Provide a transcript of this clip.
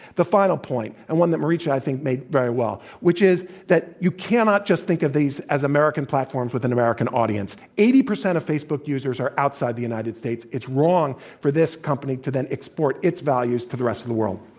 the final point, and one that marietje i think made very well, which is that you cannot just think of these as american platforms with an american audience. eighty percent of facebook users are outside the united states. it's wrong for this company to then export its values to the rest of the world.